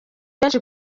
benshi